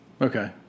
Okay